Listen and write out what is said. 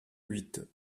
huit